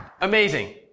Amazing